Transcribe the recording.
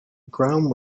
ground